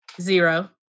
Zero